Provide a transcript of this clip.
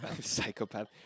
Psychopath